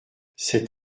cet